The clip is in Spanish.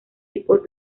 tipos